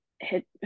hit